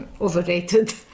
overrated